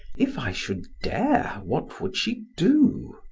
if i should dare, what would she do?